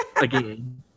again